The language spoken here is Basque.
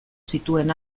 zituen